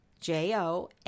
J-O